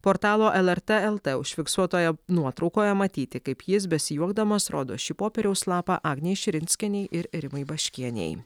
portalo lrt lt užfiksuotoje nuotraukoje matyti kaip jis besijuokdamas rodo šį popieriaus lapą agnei širinskienei ir rimai baškienei